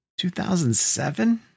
2007